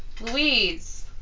Louise